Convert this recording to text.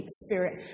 spirit